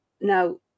Now